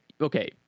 Okay